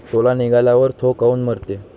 सोला निघाल्यावर थो काऊन मरते?